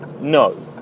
no